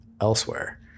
elsewhere